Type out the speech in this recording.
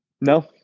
No